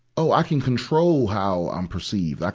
oh, i can control how i'm perceived. like